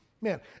Man